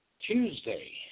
Tuesday